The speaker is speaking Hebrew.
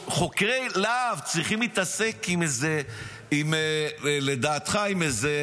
חוקרי להב צריכים להתעסק לדעתך עם איזה